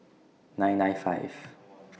nine nine five